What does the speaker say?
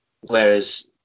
Whereas